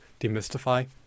demystify